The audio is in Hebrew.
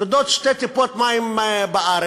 יורדות שתי טיפות מים בארץ,